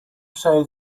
say